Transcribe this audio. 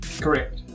correct